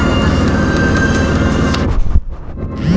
ಕೆಂಪ ರಾಗಿ ತಳಿನ ಹಿಂಗಾರದಾಗ ಬೆಳಿಬಹುದ?